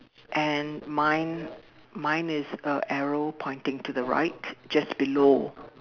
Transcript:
and mine mine is a arrow pointing to the right just below